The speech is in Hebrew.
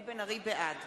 בעד